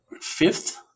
Fifth